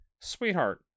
Sweetheart